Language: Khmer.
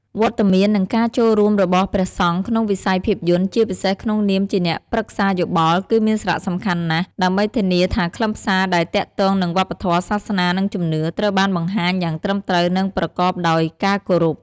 វត្តមាន និងការចូលរួមរបស់ព្រះសង្ឃក្នុងវិស័យភាពយន្ត ជាពិសេសក្នុងនាមជាអ្នកប្រឹក្សាយោបល់ គឺមានសារៈសំខាន់ណាស់ ដើម្បីធានាថាខ្លឹមសារដែលទាក់ទងនឹងវប្បធម៌ សាសនា និងជំនឿ ត្រូវបានបង្ហាញយ៉ាងត្រឹមត្រូវ និងប្រកបដោយការគោរព។